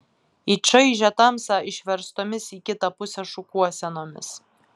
į čaižią tamsą išverstomis į kitą pusę šukuosenomis